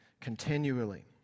continually